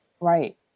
Right